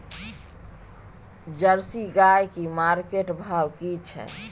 Jersey गाय की market भाव की छै?